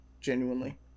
genuinely